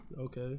okay